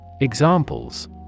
Examples